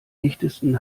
dichtesten